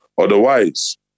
Otherwise